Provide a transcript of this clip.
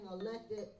elected